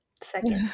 second